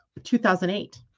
2008